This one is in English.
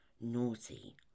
naughty